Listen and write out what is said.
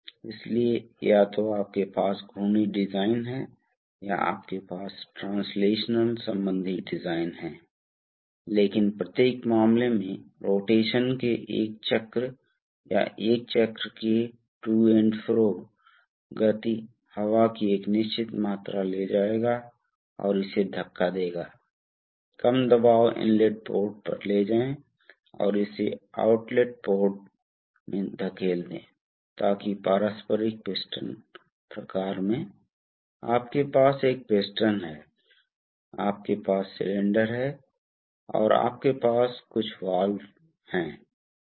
इसलिए यदि आप करंट चलाते हैं तो क्या होगा यह कहें कि यह गति करेगा यह चुंबक प्रणाली इसे खींच लेगी और इसे थोड़ा झुकाएगी इसलिए यह इसे धक्का देगा इसे यहां धक्का देगा एक बार यह धक्का दे यह वास्तव में जुड़ा हुआ है यह वास्तव में जुड़ा हुआ है इसलिए एक बार जब यह धक्का होता है तो यह वाल्व शिफ्ट हो जाएगा यह स्पूल है आप स्पूल देख सकते हैं यह स्पूल शाफ्ट है इसलिए एक बार जब यह इस तरफ बढ़ता है तो यह पंप है जो कनेक्ट हो जाता है इस पोर्ट के लिए यह है कि यह पोर्ट टैंक से जुड़ा हुआ है